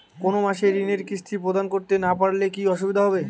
কোনো মাসে ঋণের কিস্তি প্রদান করতে না পারলে কি অসুবিধা হবে?